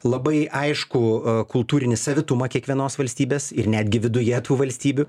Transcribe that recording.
labai aiškų kultūrinį savitumą kiekvienos valstybės ir netgi viduje tų valstybių